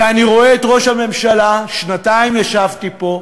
ואני רואה את ראש הממשלה, שנתיים ישבתי פה,